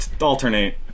alternate